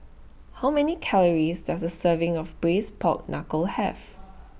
How Many Calories Does A Serving of Braised Pork Knuckle Have